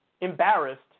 embarrassed